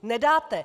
Nedáte!